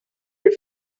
very